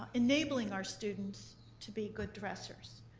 enabling our students to be good dressers.